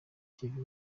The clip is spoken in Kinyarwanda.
ikivi